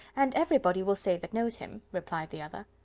and everybody will say that knows him, replied the other.